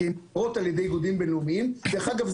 דרך אגב,